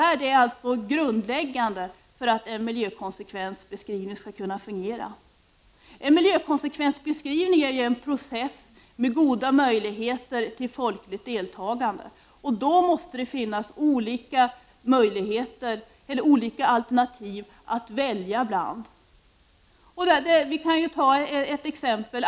Detta är grundläggande för att en miljökonsekvensbeskrivning skall kunna fungera. En miljökonsekvensbeskrivning är en process med goda möjligheter till folkligt deltagande, och i den måste det finnas olika alternativ att välja bland. Låt oss ta ett exempel.